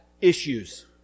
issues